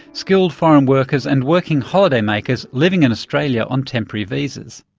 skilled foreign workers and working holiday makers living in australia on temporary visas.